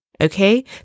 okay